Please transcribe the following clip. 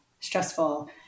stressful